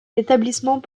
l’établissement